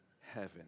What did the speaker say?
heaven